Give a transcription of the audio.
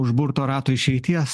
užburto rato išeities